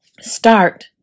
Start